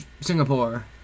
Singapore